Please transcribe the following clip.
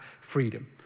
freedom